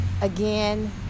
again